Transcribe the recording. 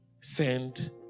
send